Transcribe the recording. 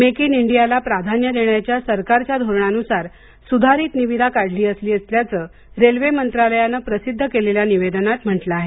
make in इंडियाला प्राधान्य देण्याच्या सरकारच्या धोरणानुसार सुधारित निविदा काढली असली असल्याचं रेल्वे मंत्रालयानं प्रसिद्ध केलेल्या निवेदनात म्हटलं आहे